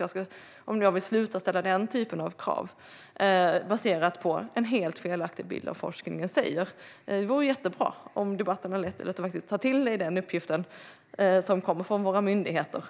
alltså om jag vill sluta ställa den typen av krav, och frågan baseras på en helt felaktig bild av vad forskningen säger. Det vore jättebra om debatten har lett till att du har tagit till dig den uppgiften, som kommer från våra myndigheter.